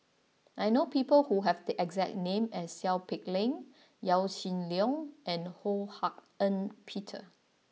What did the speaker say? I know people who have the exact name as Seow Peck Leng Yaw Shin Leong and Ho Hak Ean Peter